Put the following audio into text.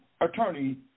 attorney